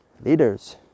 leaders